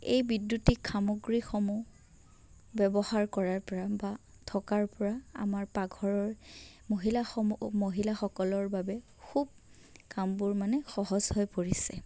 এই বিদ্য়ুতিক সামগ্ৰীসমূহ ব্য়ৱহাৰ কৰাৰপৰা বা থকাৰপৰা আমাৰ পাকঘৰৰ মহিলাসমূহ মহিলাসকলৰ বাবে খুব কামবোৰ মানে সহজ হৈ পৰিছে